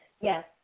Yes